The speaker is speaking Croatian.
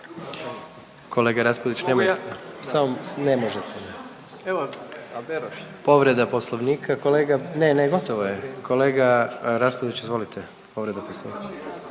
može. …/Upadica: Evo, a Beroš je./… Povreda Poslovnika kolega, ne, ne gotovo je, kolega Raspudić izvolite, povreda Poslovnika.